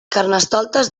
carnestoltes